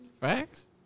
Facts